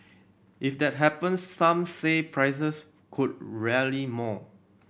if that happens some said prices could rarely more